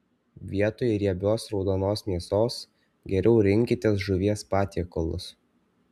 vietoj riebios raudonos mėsos geriau rinkitės žuvies patiekalus